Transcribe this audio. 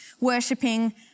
worshipping